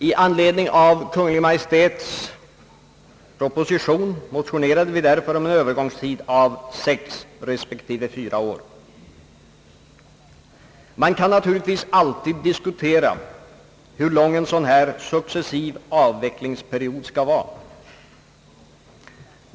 I anledning av Kungl. Maj:ts proposition motionerade vi därför om en övergångstid av sex respektive fyra år. Man kan naturligtvis alltid diskutera, hur lång en sådan här successiv avvecklingsperiod skall vara.